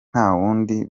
ntawundi